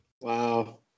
Wow